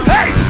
Hey